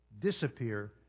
disappear